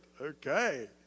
Okay